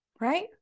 Right